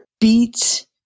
beats